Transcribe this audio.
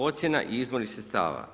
Ocjena i izvori sredstava.